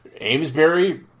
Amesbury